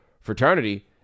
fraternity